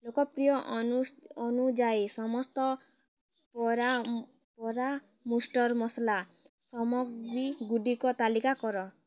ଲୋକପ୍ରିୟ ଅନୁ ଅନୁଯାୟୀ ସମସ୍ତପରା ପରାମୃଷ୍ଟର ମସଲା ସମଗ୍ରୀ ଗୁଡ଼ିକ ତାଲିକା କର